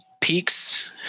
peaks